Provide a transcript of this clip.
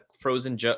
frozen